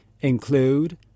include